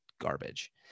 garbage